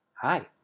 Hi